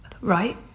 Right